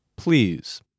Please